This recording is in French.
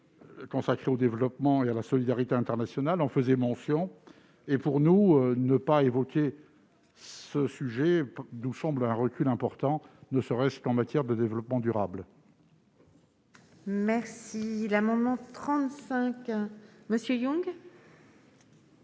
consacrée au développement et à la solidarité internationale en faisait mention. Ne pas évoquer ce sujet nous semble marquer un recul important, ne serait-ce qu'en matière de développement durable. L'amendement n° 35, présenté